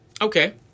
Okay